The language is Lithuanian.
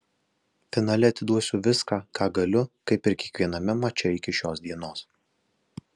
finale atiduosiu viską ką galiu kaip ir kiekviename mače iki šios dienos